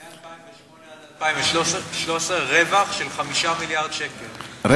מ-2008 עד 2013 רווח של 5 מיליארד שקל רק על הענף הזה.